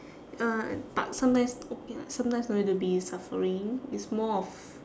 uh but sometimes okay lah sometimes don't need to be suffering it's more of